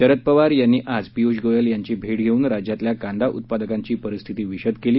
शरद पवार यांनी आज पियूष गोयल यांची भेट घेऊन राज्यातल्या कांदा उत्पादकांची परिस्थिती विशद केली